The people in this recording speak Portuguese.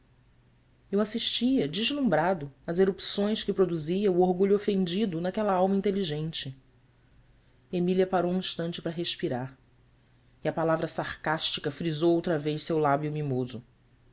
eu assistia deslumbrado às erupções que produzia o orgulho ofendido naquela alma inteligente emília parou um instante para respirar e a palavra sarcástica frisou outra vez seu lábio mimoso